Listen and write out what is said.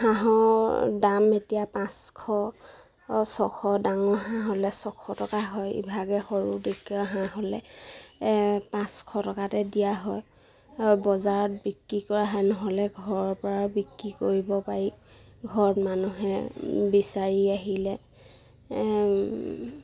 হাঁহৰ দাম এতিয়া পাঁচশ ছশ ডাঙৰ হাঁহ হ'লে ছশ টকা হয় ইভাগে সৰু হাঁহ হ'লে পাঁচশ টকাতে দিয়া হয় বজাৰত বিক্ৰী কৰা হয় নহ'লে ঘৰৰ পৰা বিক্ৰী কৰিব পাৰি ঘৰত মানুহে বিচাৰি আহিলে